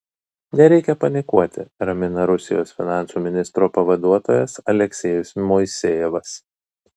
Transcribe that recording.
nereikia panikuoti ramina rusijos finansų ministro pavaduotojas aleksejus moisejevas